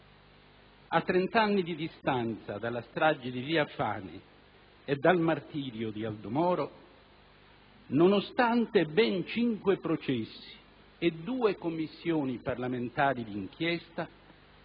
A trent'anni di distanza dalla strage di via Fani e dal martirio di Aldo Moro, nonostante ben cinque processi e due Commissioni parlamentari d'inchiesta,